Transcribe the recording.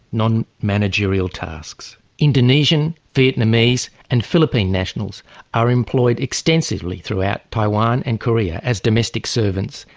non-managerial tasks. indonesian, vietnamese and philippine nationals are employed extensively throughout taiwan and korea as domestic servants,